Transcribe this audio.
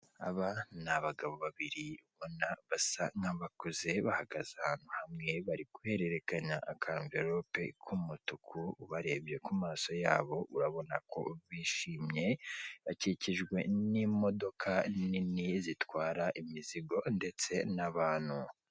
Aba ni abagabo babiri basa nk'abakuze, bahagaze ahantu hamwe. Bari guhererekanya aka amverope k'umutuku. Ubarebye ku maso yabo urabona ko bishimye, bakikijwe n'imodoka nini zitwara imizigo ndetse n'abantu.